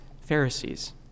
Pharisees